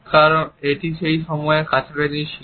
কারণ এটি সেই সময়টির কাছাকাছি ছিল